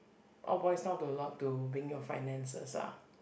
all boils down to a lot to being your finances ah